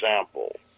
example